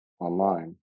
online